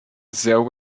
there